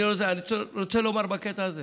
אני רוצה לומר בקטע הזה